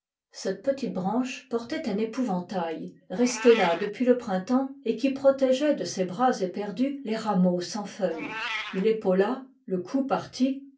cette petite branche portait un épouvantail resté là depuis le printemps et qui protégeait de ses bras éperdus les rameaux sans feuilles il épaula le coup partit